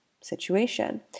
situation